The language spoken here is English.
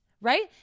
Right